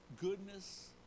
goodness